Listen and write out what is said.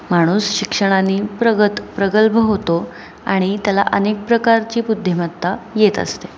माणूस शिक्षणाने प्रगत प्रगल्भ होतो आणि त्याला अनेक प्रकारची बुद्धिमत्ता येत असते